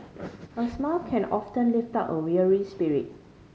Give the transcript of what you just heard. a smile can often lift up a weary spirit